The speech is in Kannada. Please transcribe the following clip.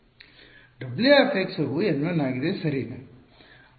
W ವು N1 ಆಗಿದೆ ಸರಿನಾ